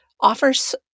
offers